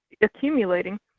accumulating